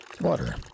Water